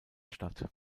statt